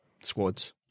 squads